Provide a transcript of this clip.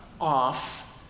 off